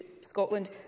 Scotland